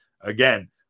again